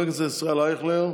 חבר הכנסת ישראל אייכלר: